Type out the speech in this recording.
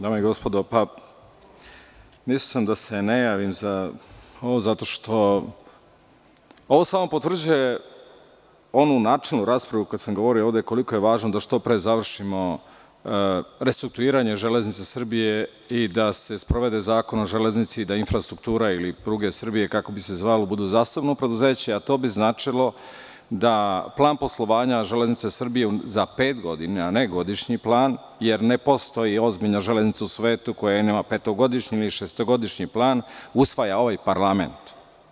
Dame i gospodo, mislio sam da se ne javim zato što ovo samo potvrđuje onu načelnu raspravu, kada sam govorio ovde koliko je važno da što pre završimo restrukturiranje „Železnica Srbije“ i da se sprovede Zakon o železnici, da infrastruktura ili pruge Srbije, kako bi se zvalo, budu zasebno preduzeće, a to bi značilo da plan poslovanja „Železnica Srbije“ za pet godina, a ne godišnji plan, jer ne postoji ozbiljna železnica u svetu koja nema petogodišnji ili šestogodišnji plan, usvaja ovaj parlament.